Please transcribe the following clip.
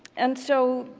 and so,